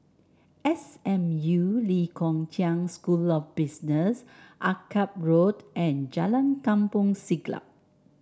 S M U Lee Kong Chian School of Business Akyab Road and Jalan Kampong Siglap